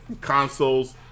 consoles